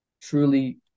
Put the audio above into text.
truly